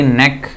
neck